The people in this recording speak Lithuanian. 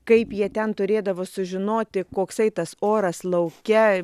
kaip jie ten turėdavo sužinoti koksai tas oras lauke